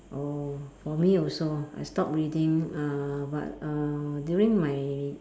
oh for me also I stop reading uh but uh during my